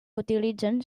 utilitzen